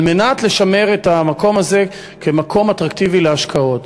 על מנת לשמר את המקום הזה כמקום אטרקטיבי להשקעות.